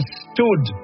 stood